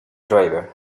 driver